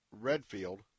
Redfield